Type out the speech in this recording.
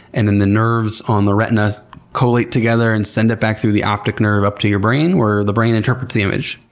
and then the nerves on the retina collate together and send it back through the optic nerve, up to your brain, where the brain interprets the image.